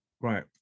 right